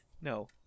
No